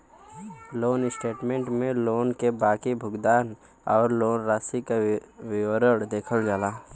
loan statement में loan क बाकी भुगतान आउर लोन राशि क विवरण देखल जाला